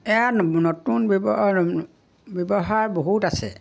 ইয়াৰ নতুন ব্যৱহাৰ ব্যৱহাৰ বহুত আছে